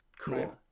cool